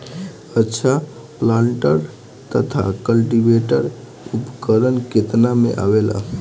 अच्छा प्लांटर तथा क्लटीवेटर उपकरण केतना में आवेला?